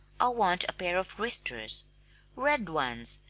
i want a pair of wristers red ones,